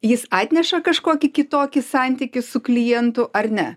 jis atneša kažkokį kitokį santykį su klientu ar ne